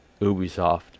Ubisoft